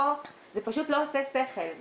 זה פשוט לא עושה שכל.